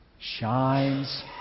shines